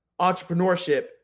entrepreneurship